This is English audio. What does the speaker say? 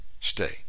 stay